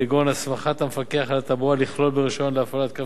כגון הסמכת המפקח על התעבורה לכלול ברשיון להפעלת קו